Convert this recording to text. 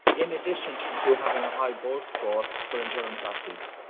in addition to to having a high bolt score for endurance athletes